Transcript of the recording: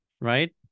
right